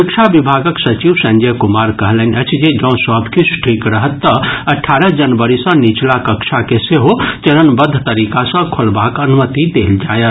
शिक्षा विभागक सचिव संजय कुमार कहलनि अछि जे जौं सभकिछु ठीक रहत तऽ अठारह जनवरी सँ नीचला कक्षा के सेहो चरणबद्व तरीका सँ खोलबाक अनुमति देल जायत